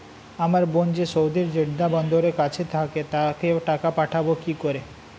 আমার বোন যে সৌদির জেড্ডা বন্দরের কাছে থাকে তাকে টাকা পাঠাবো কি করে?